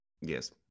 Yes